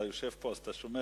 אתה יושב פה, אז אתה שומע,